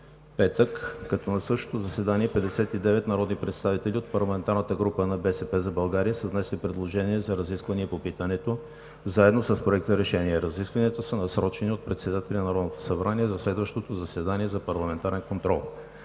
петък, като на същото заседание 59 народни представители от парламентарната група на „БСП за България“ са внесли предложение за разисквания по питането заедно с Проект за решение. Разискванията са насрочени от председателя на Народното събрание за следващото заседание за парламентарен контрол.